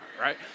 right